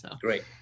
Great